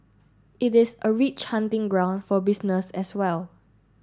it is a rich hunting ground for business as well